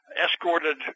escorted